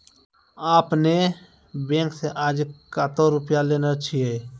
आपने ने बैंक से आजे कतो रुपिया लेने छियि?